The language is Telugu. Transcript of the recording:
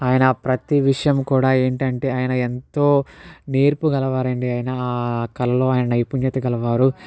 ఆయన ప్రతి విషయం కూడా ఏంటి అంటే ఆయన ఎంతో నేర్పుగలవారు అండి ఆయన ఆ కళలో ఆయన నైపుణ్యత గలవారు